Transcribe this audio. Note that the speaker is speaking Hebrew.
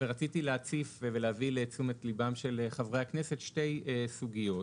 רציתי להציף ולהביא לתשומת לבם של חברי הכנסת שתי סוגיות: